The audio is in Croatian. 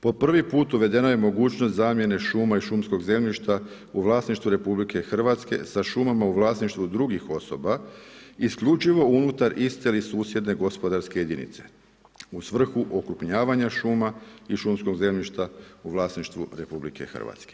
Po prvi put uvedena je mogućnost zamjene šuma i šumskog zemljišta u vlasništvu RH sa šumama u vlasništvu drugih osoba isključivo unutar iste ili susjedne gospodarske jedinice, u svrhu okrupnjavanja šuma i šumskog zemljišta u vlasništvu RH.